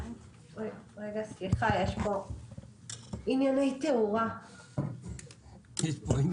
סליחה, אני מבקשת להשלים